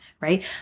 right